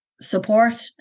support